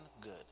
good